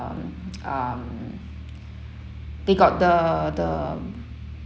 um uh they got the the